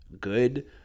good